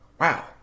Wow